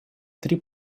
три